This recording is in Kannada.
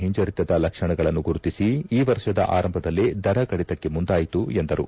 ಹಿಂಜರಿತದ ಲಕ್ಷಣಗಳನ್ನು ಗುರುತಿಸಿ ಈ ವರ್ಷದ ಆರಂಭದಲ್ಲೇ ದರ ಕಡಿತಕ್ಕೆ ಮುಂದಾಯಿತು ಎಂದರು